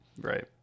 Right